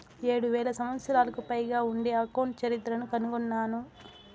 ఏడు వేల సంవత్సరాలకు పైగా ఉండే అకౌంట్ చరిత్రను కనుగొన్నారు